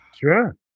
Sure